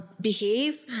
behave